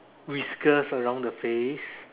whiskers around the face